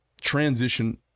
transition